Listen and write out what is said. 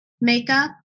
makeup